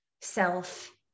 self